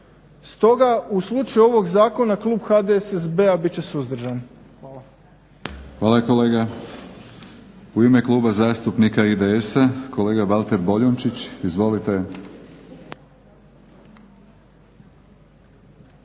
Stoga u slučaju ovog zakona klub HDSSB-a bit će suzdržan. Hvala. **Batinić, Milorad (HNS)** Hvala kolega. U ime kluba zastupnika IDS-a, kolega Valter Boljunčić. Izvolite.